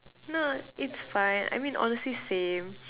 no it's fine I mean honestly same